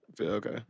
Okay